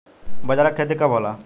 बजरा के खेती कब होला?